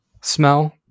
smell